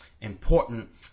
important